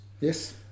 Yes